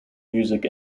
music